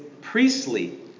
priestly